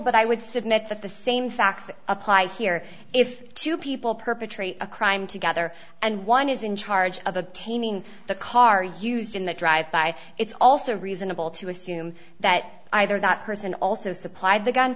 but i would submit that the same facts apply here if two people perpetrate a crime together and one is in charge of obtaining the car used in the drive by it's also reasonable to assume that either that person also supplied the gun